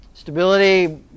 Stability